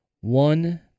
one